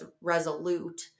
resolute